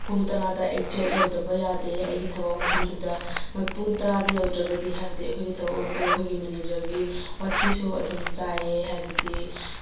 ꯄꯨꯡ ꯇꯔꯥꯗ ꯑꯦꯛꯖꯦꯛ ꯌꯧꯗꯕ ꯌꯥꯗꯦ ꯑꯩꯒꯤ ꯊꯕꯛ ꯃꯐꯝꯗꯨꯗ ꯄꯨꯡ ꯇꯔꯥꯗ ꯌꯧꯗ꯭ꯔꯒꯗꯤ ꯍꯥꯏꯕꯗꯤ ꯑꯩꯈꯣꯏꯒꯤ ꯊꯕꯛ ꯃꯄꯨ ꯑꯩꯈꯣꯏꯒꯤ ꯃꯦꯅꯦꯖꯔꯒꯤ ꯋꯥꯊꯤꯁꯨ ꯑꯗꯨꯝ ꯆꯥꯏꯑꯦ ꯍꯥꯏꯕꯗꯤ